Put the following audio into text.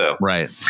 Right